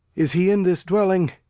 is he in this dwelling?